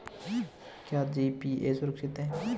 क्या जी.पी.ए सुरक्षित है?